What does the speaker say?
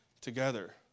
together